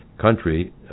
Country